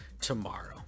tomorrow